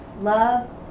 Love